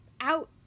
out